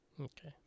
okay